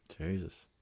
jesus